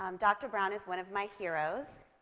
um dr. brown is one of my heroes.